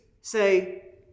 say